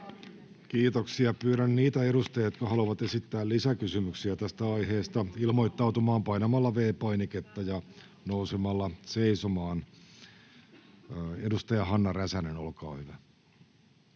Kiitoksia. — Pyydän nyt niitä edustajia, jotka haluavat esittää lisäkysymyksiä tästä aiheesta, ilmoittautumaan painamalla V-painiketta ja nousemalla seisomaan. — Edustaja Nurminen, olkaa hyvä.